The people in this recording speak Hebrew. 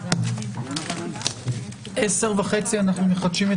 הישיבה ננעלה בשעה 10:15.